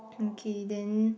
okay then